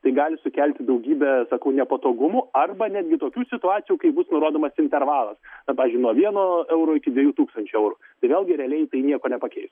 tai gali sukelti daugybę sakau nepatogumų arba netgi tokių situacijų kai bus nurodomas intervalas na pavyzdžiui nuo vieno euro iki dviejų tūkstančių eurų tai vėlgi realiai tai nieko nepakeis